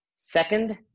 second